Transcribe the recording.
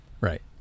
Right